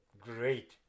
great